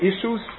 issues